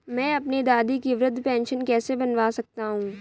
मैं अपनी दादी की वृद्ध पेंशन कैसे बनवा सकता हूँ?